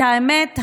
האמת,